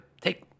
take